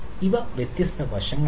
ഇവ വ്യത്യസ്ത വശങ്ങളാണ്